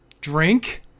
drink